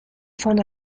von